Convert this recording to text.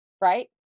right